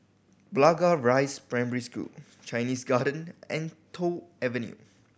Blangah Rise Primary School Chinese Garden and Toh Avenue